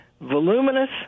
voluminous